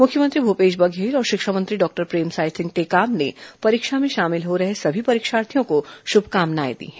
मुख्यमंत्री भूपेश बघेल और शिक्षा मंत्री डॉक्टर प्रेमसाय सिंह टेकाम ने परीक्षा में शामिल हो रहे सभी परीक्षार्थियों को शुभकामनाएं दी हैं